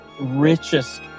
richest